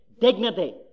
dignity